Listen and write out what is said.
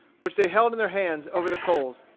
which they held in their hands over the coals,